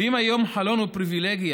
ואם היום חלון הוא פריבילגיה,